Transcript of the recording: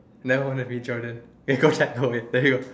never wanna be Jordan eh there you go